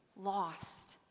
Lost